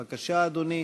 בבקשה, אדוני.